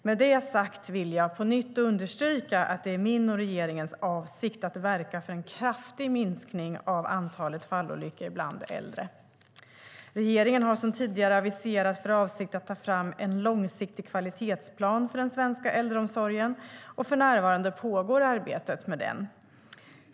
Med det sagt vill jag på nytt understryka att det är min och regeringens avsikt att verka för en kraftig minskning av antalet fallolyckor bland äldre. Regeringen har som tidigare aviserats för avsikt att ta fram en långsiktig kvalitetsplan för den svenska äldreomsorgen, och för närvarande pågår arbete med det.